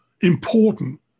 important